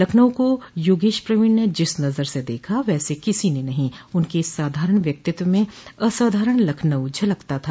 लखनऊ को योगेश प्रवीण ने जिस नजर से देखा वैसे किसी ने नहीं उनके साधारण व्यक्तित्व में असाधारण लखनऊ झलकता था